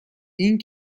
این